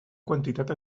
quantitat